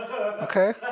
Okay